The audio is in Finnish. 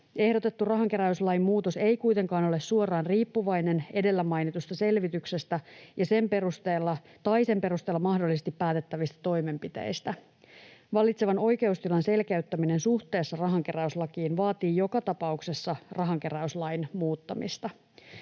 Ehdotettu rahankeräyslain muutos ei kuitenkaan ole suoraan riippuvainen edellä mainitusta selvityksestä tai sen perusteella mahdollisesti päätettävistä toimenpiteistä. Vallitsevan oikeustilan selkeyttäminen suhteessa rahankeräyslakiin vaatii joka tapauksessa rahankeräyslain muuttamista.